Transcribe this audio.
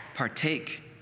Partake